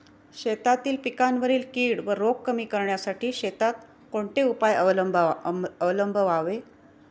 शेतातील पिकांवरील कीड व रोग कमी करण्यासाठी शेतात कोणते उपाय अवलंबावे?